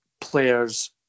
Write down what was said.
players